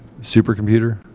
supercomputer